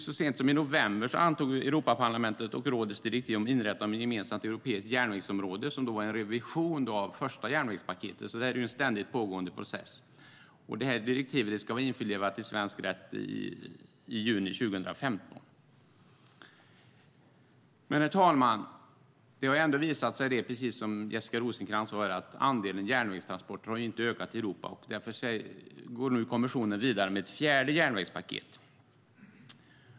Så sent som i november antogs Europaparlamentets och rådets direktiv om inrättande av ett gemensamt europeiskt järnvägsområde, som alltså är en revision av första järnvägspaketet. Det är en ständigt pågående process. Direktivet ska vara införlivat i svensk rätt i juni 2015. Herr talman! Precis som Jessica Rosencrantz sade har det visat sig att andelen järnvägstransporter i Europa inte har ökat. Därför går nu kommissionen vidare med ett fjärde järnvägspaket.